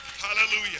hallelujah